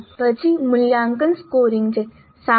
પછી મૂલ્યાંકન સ્કોરિંગ છે